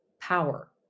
power